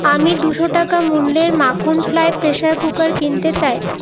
আমি দুশো টাকা মূল্যের মাখন ফ্লাই প্রেসার কুকার কিনতে চাই